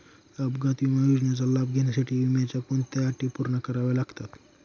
अपघात विमा योजनेचा लाभ घेण्यासाठी विम्याच्या कोणत्या अटी पूर्ण कराव्या लागतात?